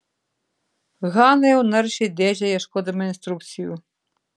hana jau naršė dėžę ieškodama instrukcijų